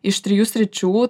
iš trijų sričių